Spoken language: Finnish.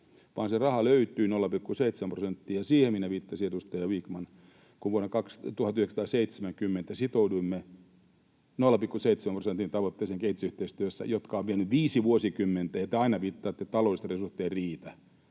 että se raha löytyi, 0,7 prosenttia. Siihen minä viittasin, edustaja Vikman, kun vuonna 1970 sitouduimme 0,7 prosentin tavoitteeseen kehitysyhteistyössä, josta on kulunut viisi vuosikymmentä, ja te aina viittaatte, että taloudelliset resurssit eivät riitä.